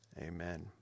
Amen